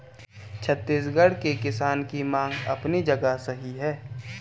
छत्तीसगढ़ के किसान की मांग अपनी जगह सही है